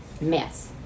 mess